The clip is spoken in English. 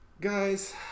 Guys